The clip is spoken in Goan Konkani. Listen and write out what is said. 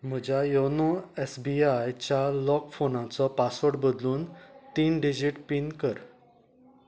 म्हज्या योनो एस बी आय च्या लॉक फोनाचो पासवर्ड बदलून तीन डिजीट पीन कर